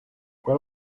what